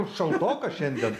šaltoka šiandien